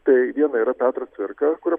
tai viena yra petrą cvirką kurio